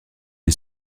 est